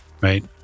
right